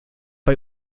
bei